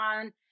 on